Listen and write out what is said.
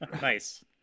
Nice